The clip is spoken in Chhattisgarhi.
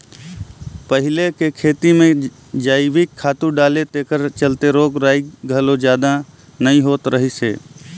पहिले के खेती में जइविक खातू डाले तेखर चलते रोग रगई घलो जादा नइ होत रहिस हे